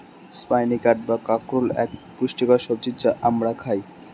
spiny gourd বা কাঁকরোল এক পুষ্টিকর সবজি যা আমরা খাই